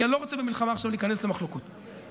כי אני לא רוצה להיכנס למחלוקות עכשיו,